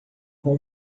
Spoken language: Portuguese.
com